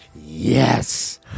yes